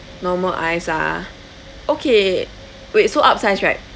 normal ice ah okay wait so upsize right